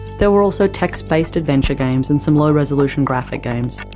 there were also text-based adventure games, and some low-resolution graphic games.